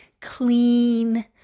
clean